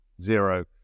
Zero